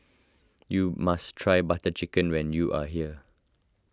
you must try Butter Chicken when you are here